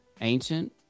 ancient